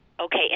Okay